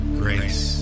grace